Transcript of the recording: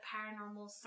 Paranormal